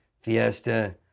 Fiesta